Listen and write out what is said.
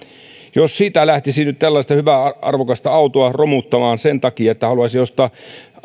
jos sitä lähtisi nyt tällaista hyvää arvokasta autoa romuttamaan sen takia että haluaisi ostaa